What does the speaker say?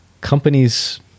companies